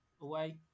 away